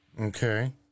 Okay